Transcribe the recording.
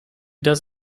does